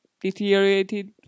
deteriorated